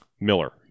Miller